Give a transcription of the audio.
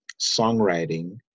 songwriting